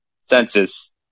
census